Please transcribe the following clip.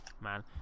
man